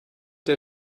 der